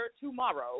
tomorrow